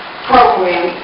program